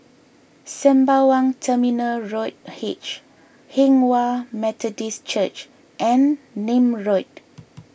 Sembawang Terminal Road H Hinghwa Methodist Church and Nim Road